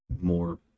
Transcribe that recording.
more